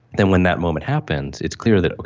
then when that moment happens it's clear that,